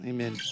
Amen